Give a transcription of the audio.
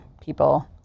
people